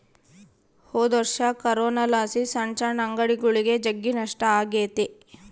ಹೊದೊರ್ಷ ಕೊರೋನಲಾಸಿ ಸಣ್ ಸಣ್ ಅಂಗಡಿಗುಳಿಗೆ ಜಗ್ಗಿ ನಷ್ಟ ಆಗೆತೆ